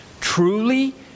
Truly